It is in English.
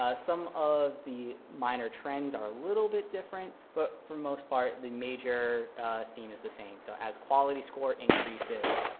some of the minor trends are a little bit different. but for most part, the major theme is the same. so as quality score increases,